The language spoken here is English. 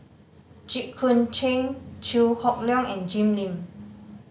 Jit Koon Ch'ng Chew Hock Leong and Jim Lim